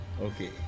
Okay